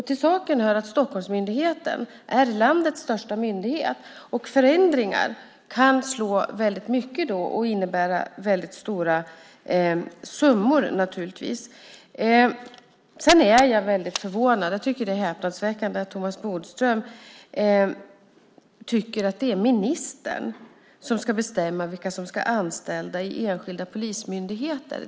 Till saken hör att Stockholmsmyndigheten är landets största myndighet, och förändringar kan då slå väldigt mycket och innebära väldigt stora summor. Jag är väldigt förvånad över och tycker att det är häpnadsväckande att Thomas Bodström anser att det är ministern som ska bestämma vilka som ska vara anställda i enskilda polismyndigheter.